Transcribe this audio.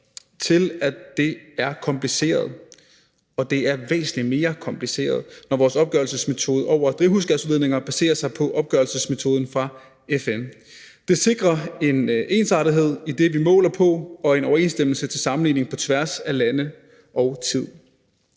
til, at det er kompliceret, og det er væsentlig mere kompliceret, når vores opgørelsesmetode over drivhusgasudledninger baserer sig på opgørelsesmetoden fra FN. Det sikrer en ensartethed i det, vi måler på, og en overensstemmelse med hensyn til sammenligning på tværs af lande og tid.